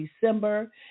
December